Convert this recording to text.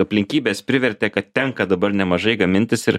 aplinkybės privertė kad tenka dabar nemažai gamintis ir